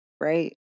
right